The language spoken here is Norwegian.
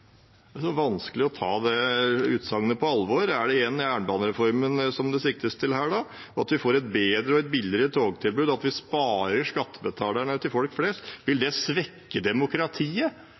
vanskelig å ta det utsagnet på alvor. Er det igjen jernbanereformen det siktes til her? Det at vi får et bedre og billigere togtilbud, og at vi sparer skattebetalerne og folk flest – vil det svekke demokratiet?